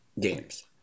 games